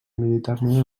militarment